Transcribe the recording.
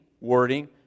wording